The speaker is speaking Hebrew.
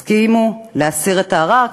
הסכימו להסיר את הערר,